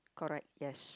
correct yes